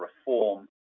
reform